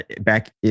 back